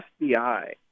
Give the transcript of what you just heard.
FBI